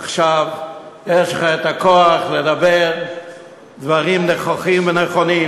עכשיו יש לך הכוח לדבר דברים נכוחים ונכונים,